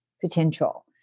potential